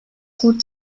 gut